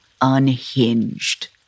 unhinged